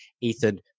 Ethan